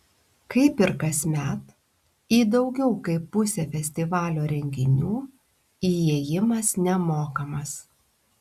kaip ir kasmet į daugiau kaip pusę festivalio renginių įėjimas nemokamas